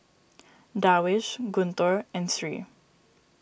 Darwish Guntur and Sri